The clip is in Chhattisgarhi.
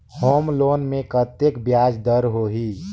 होम लोन मे कतेक ब्याज दर होही?